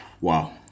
wow